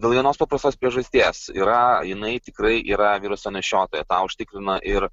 dėl vienos paprastos priežasties yra jinai tikrai yra viruso nešiotoja tą užtikrina ir